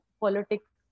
politics